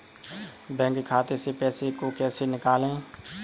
Bank खाते से पैसे को कैसे निकालें?